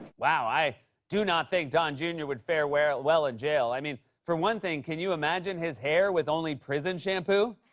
wow. i do not think don jr. would fair well in jail. i mean, for one thing, can you imagine his hair with only prison shampoo?